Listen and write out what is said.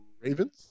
Ravens